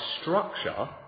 structure